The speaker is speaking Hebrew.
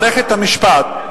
מערכת המשפט,